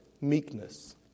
meekness